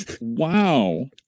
Wow